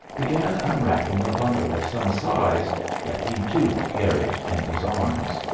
began unwrapping a bundle of some size that he, too, carried in his arms.